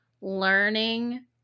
learning